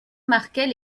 marquait